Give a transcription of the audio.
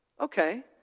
okay